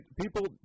People